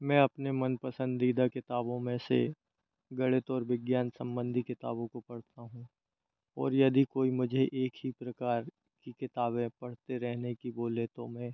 मैं अपने मनपसंदीदा किताबों में से गणित और विज्ञान संबंधी किताबों को पढ़ता हूँ और यदि कोई मुझे एक ही प्रकार की किताबें पढ़ते रहने की बोले तो मैं